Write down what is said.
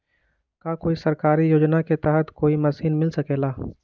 का कोई सरकारी योजना के तहत कोई मशीन मिल सकेला?